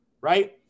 right